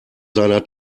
seiner